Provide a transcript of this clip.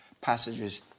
passages